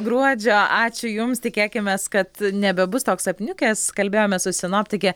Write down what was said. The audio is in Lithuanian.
gruodžio ačiū jums tikėkimės kad nebebus toks apniukęs kalbėjomės su sinoptike